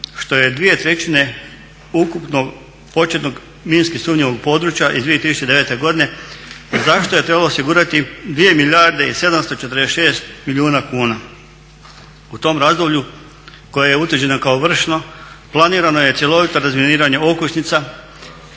što je dvije trećine ukupnog početnog minski sumnjivog područja iz 2009. godine za što je trebalo osigurati 2 milijarde i 746 milijuna kuna. U tom razdoblju koje je utvrđeno kao vršno planirano je cjelovito razminiranje okućnica